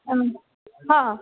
हा